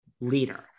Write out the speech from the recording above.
leader